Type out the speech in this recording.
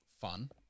fun